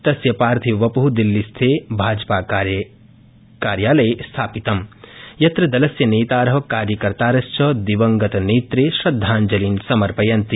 तस्य पार्थिववपु दिल्लीस्थे भाजपाकार्यालये स्थापितम् यत्र दलस्य नेतार कार्यकर्तारश्च दिवङ्गतनेत्रे श्रद्धांजलीन् समर्पयन्ति